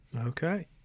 okay